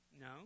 No